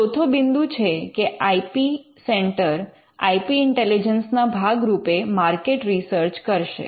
ચોથો બિંદુ છે કે I P centre I P intelligence ના ભાગરૂપે માર્કેટ રિસર્ચ કરશે